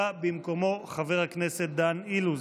בא במקומו חבר הכנסת דן אילוז,